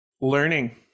Learning